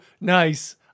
nice